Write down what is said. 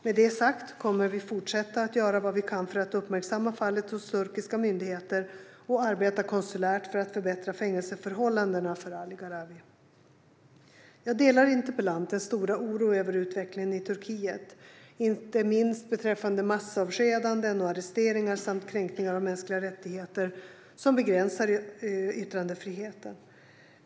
Med det sagt kommer vi att fortsätta göra vad vi kan för att uppmärksamma fallet hos turkiska myndigheter och arbeta konsulärt för att förbättra fängelseförhållandena för Ali Gharavi. Jag delar interpellantens stora oro över utvecklingen i Turkiet, inte minst beträffande massavskedanden och arresteringar samt kränkningar av mänskliga rättigheter, till exempel begränsningar av yttrandefriheten.